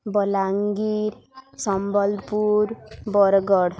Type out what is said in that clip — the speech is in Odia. ବଲାଙ୍ଗୀର ସମ୍ବଲପୁର ବରଗଡ଼